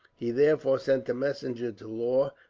he therefore sent a messenger to law,